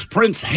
Prince